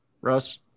Russ